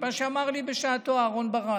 את מה שאמר לי בשעתו אהרן ברק.